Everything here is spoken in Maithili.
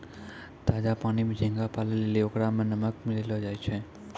ताजा पानी में झींगा पालै लेली ओकरा में नमक मिलैलोॅ जाय छै